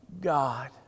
God